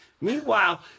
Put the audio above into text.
Meanwhile